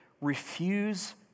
Refuse